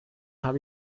habe